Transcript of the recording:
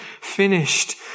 finished